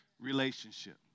Relationship